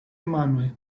manoj